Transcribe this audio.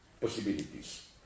possibilities